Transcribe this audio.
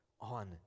on